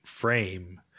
frame